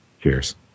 Cheers